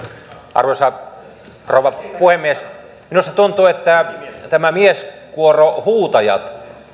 arvoisa rouva puhemies minusta tuntuu että tämä mieskuoro huutajat